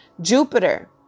Jupiter